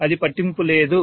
అది పట్టింపు లేదు